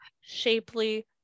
shapely